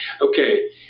Okay